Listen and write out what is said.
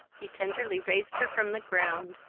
he tenderly raised her from the ground,